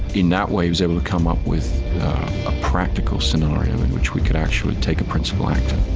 in that way he was able to come up with a practical scenario in which we could actually take a principal actor,